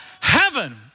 heaven